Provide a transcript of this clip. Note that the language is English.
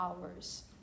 hours